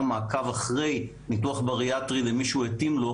מעקב אחרי ניתוח בריאטרי למי שהוא התאים לו,